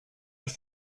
elle